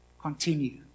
continue